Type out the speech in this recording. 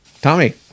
Tommy